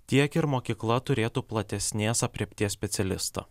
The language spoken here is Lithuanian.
tiek ir mokykla turėtų platesnės aprėpties specialistų